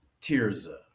Tirza